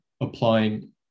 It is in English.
applying